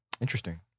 Interesting